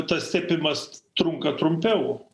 tas tepimas trunka trumpiau